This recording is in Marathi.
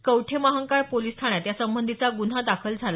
कवठेमहांकाळ पोलीस ठाण्यात यासंबंधीचा गुन्हा दाखल झाला